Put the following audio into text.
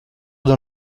dans